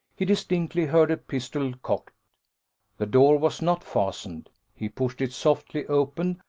he distinctly heard a pistol cocked the door was not fastened he pushed it softly open,